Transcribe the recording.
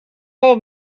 old